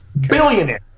Billionaire